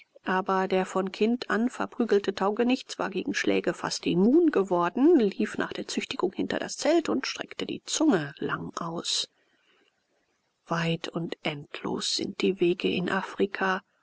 aber der von kind an verprügelte taugenichts war gegen schläge fast immun geworden lief nach der züchtigung hinter das zelt und streckte die zunge lang aus weit und endlos sind die wege in afrika